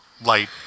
light